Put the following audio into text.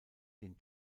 den